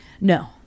No